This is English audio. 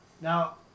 Now